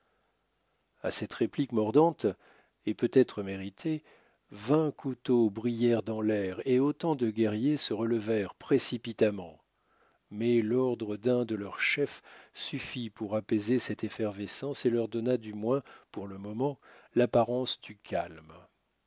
à cette réplique mordante et peut-être méritée vingt couteaux brillèrent dans l'air et autant de guerriers se relevèrent précipitamment mais l'ordre d'un de leurs chefs suffit pour apaiser cette effervescence et leur donna du moins pour le moment l'apparence du calme